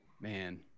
man